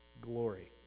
glory